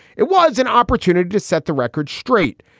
it was an opportunity to set the record straight.